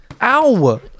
Ow